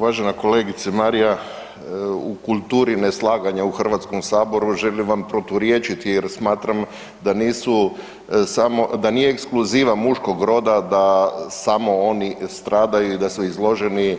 Uvažena kolegica Marija u kulturi neslaganja u Hrvatskom saboru želim vam proturječiti jer smatram da nisu samo, da nije ekskluziva muškog roda da samo oni stradaju i da su izloženi